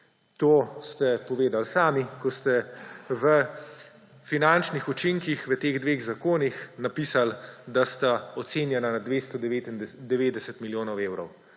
To ste povedali sami, ko ste v finančnih učinkih v teh dveh zakonih napisali, da sta ocenjena na 299 milijonov evrov.